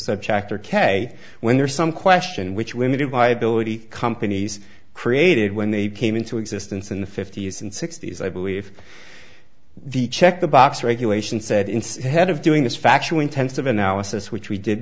subject or k when there's some question which women viability companies created when they came into existence in the fifty's and sixty's i believe the check the box regulations said instead of doing this factual intensive analysis which we did